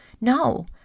no